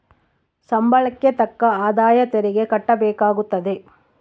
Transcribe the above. ಸಂಬಳಕ್ಕೆ ತಕ್ಕ ಆದಾಯ ತೆರಿಗೆ ಕಟ್ಟಬೇಕಾಗುತ್ತದೆ